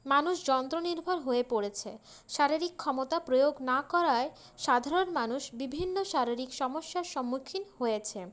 মানুষ যন্ত্রনির্ভর হয়ে পড়েছে শারীরিক ক্ষমতা প্রয়োগ না করায় সাধারণ মানুষ বিভিন্ন শারীরিক সমস্যার সম্মুখীন হয়েছে